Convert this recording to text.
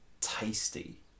tasty